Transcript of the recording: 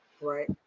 Right